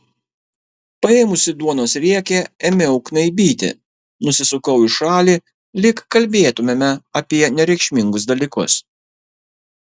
paėmusi duonos riekę ėmiau knaibyti nusisukau į šalį lyg kalbėtumėme apie nereikšmingus dalykus